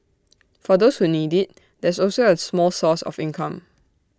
for those who need IT there's also A small source of income